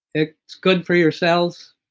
it's good for your cells,